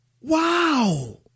Wow